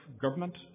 government